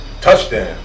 Touchdown